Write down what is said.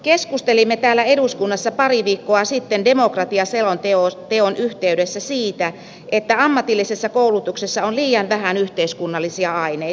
keskustelimme täällä eduskunnassa pari viikkoa sitten demokratiaselonteon yhteydessä siitä että ammatillisessa koulutuksessa on liian vähän yhteiskunnallisia aineita